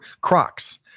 Crocs